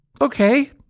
Okay